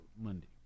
Monday